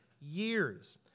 years